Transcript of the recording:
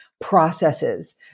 processes